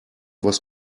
was